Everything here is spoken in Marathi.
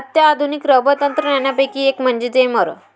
अत्याधुनिक रबर तंत्रज्ञानापैकी एक म्हणजे जेमर